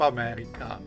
America